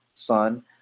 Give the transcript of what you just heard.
Son